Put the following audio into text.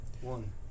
One